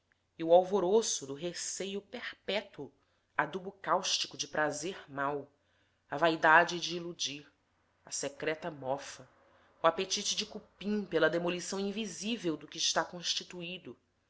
e o alvoroço do receio perpétuo adubo cáustico de prazer mau a vaidade de iludir a secreta mofa o apetite de cupim pela demolição invisível do que está constituído